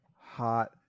hot